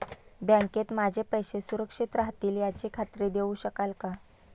बँकेत माझे पैसे सुरक्षित राहतील याची खात्री देऊ शकाल का?